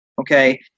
Okay